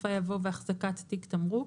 בסופה יבוא "והחזקת תיק תמרוק".